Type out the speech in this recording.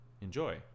enjoy